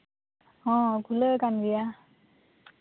ᱦᱳᱭ ᱠᱷᱩᱞᱟᱹᱣ ᱟᱠᱟᱱ ᱜᱮᱭᱟ